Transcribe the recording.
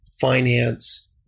finance